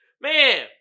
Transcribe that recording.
Man